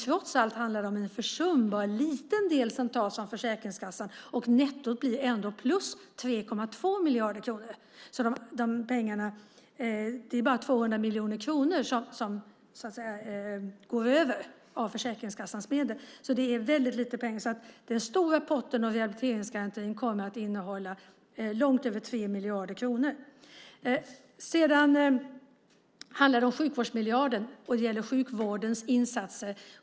Trots allt handlar det om en försumbart liten del som tas av Försäkringskassan. Nettot blir ändå plus 3,2 miljarder kronor. Det är bara 200 miljoner kronor som går över av Försäkringskassans medel. Det är alltså väldigt lite pengar. Den stora potten av rehabiliteringsgarantin kommer att innehålla långt över 3 miljarder kronor. Det handlar också om sjukvårdsmiljarden och sjukvårdens insatser.